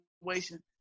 situation